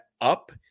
up